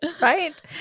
Right